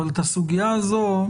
אבל את הסוגיה הזו,